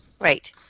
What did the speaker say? Right